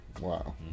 Wow